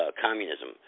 communism